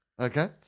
Okay